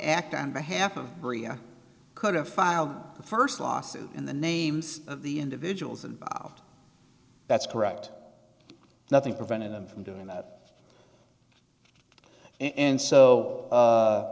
act on behalf of bria could have filed the first lawsuit and the names of the individuals involved that's correct nothing preventing them from doing that and so